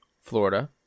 Florida